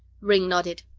ringg nodded.